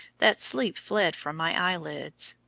that sleep fled from my eyelids.